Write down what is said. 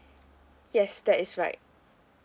yes that is right